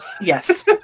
Yes